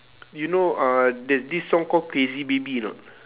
you know uh there's this song called crazy baby or not